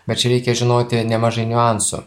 bet čia reikia žinoti nemažai niuansų